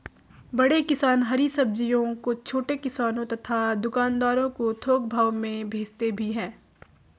बड़े किसान हरी सब्जियों को छोटे किसानों तथा दुकानदारों को थोक भाव में भेजते भी हैं